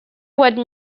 wide